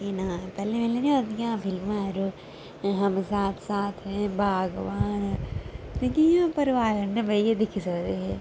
जि'यां पैह्लें पैह्लें पता केह् करदियां हियां फिल्मां हम साथ साथ है बागवान जेह्कियां परिवारें कन्नै बेहियै दिक्खी सकदे हे